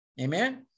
Amen